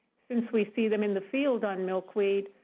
since we see them in the field on milkweed,